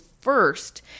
first